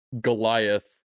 Goliath